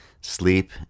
Sleep